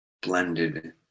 blended